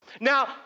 Now